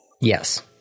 Yes